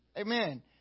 Amen